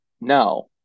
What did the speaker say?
no